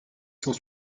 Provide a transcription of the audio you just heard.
cent